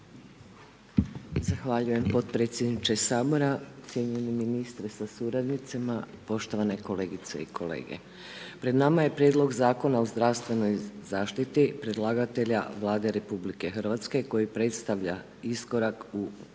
Zahvaljujem potpredsjedniče Sabora. Cijenjeni ministre sa suradnicima, poštovane kolegice i kolege. Pred nama je Prijedlog Zakona o zdravstvenoj zaštiti predlagatelja Vlade RH koji predstavlja iskorak u unapređenju